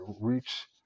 reach